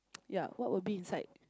ya what would be inside